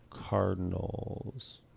cardinals